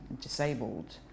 disabled